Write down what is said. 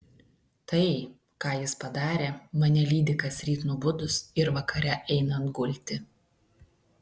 tai ką jis padarė mane lydi kasryt nubudus ir vakare einant gulti